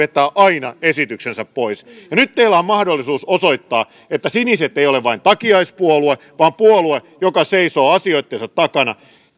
aina vetää esityksensä pois ja nyt teillä on mahdollisuus osoittaa että siniset eivät ole takiaispuolue vaan puolue joka seisoo asioittensa takana